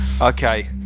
Okay